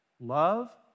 love